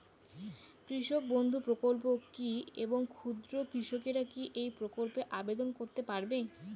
কৃষক বন্ধু প্রকল্প কী এবং ক্ষুদ্র কৃষকেরা কী এই প্রকল্পে আবেদন করতে পারবে?